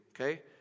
Okay